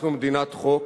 אנחנו מדינת חוק,